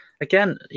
again